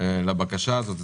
לבקשה הזאת.